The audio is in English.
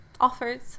offers